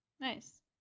Nice